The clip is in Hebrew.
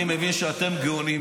אני מבין שאתם גאונים.